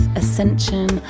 ascension